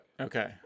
Okay